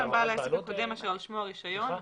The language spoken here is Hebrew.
בעל העסק הקודם אשר על שמו הרישיון,